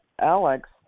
Alex